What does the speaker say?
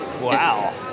Wow